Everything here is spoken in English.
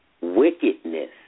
wickedness